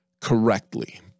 correctly